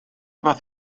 fath